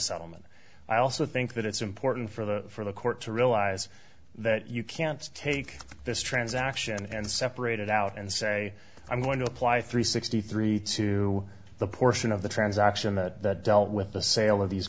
settlement i also think that it's important for the for the court to realize that you can't take this transaction and separate it out and say i'm going to apply three sixty three to the portion of the transaction that dealt with the sale of these